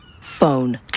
Phone